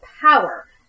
power